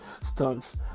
stunts